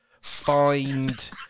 Find